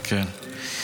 כן.